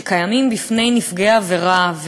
שקיימים בפני נפגעי עבירה,